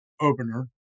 opener